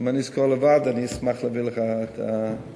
אם אני אזכור לבד אני אשמח להביא לך את הממצאים.